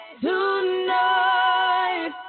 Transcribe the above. tonight